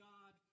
God